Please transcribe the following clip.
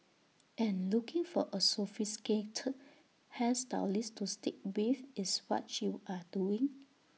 and looking for A sophisticated hair stylist to stick with is what you are doing